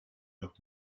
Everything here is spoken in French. leurs